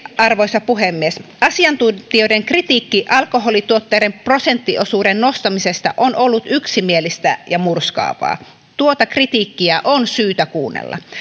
arvoisa puhemies lopuksi asiantuntijoiden kritiikki alkoholituotteiden prosentti osuuden nostamisesta on ollut yksimielistä ja murskaavaa tuota kritiikkiä on syytä kuunnella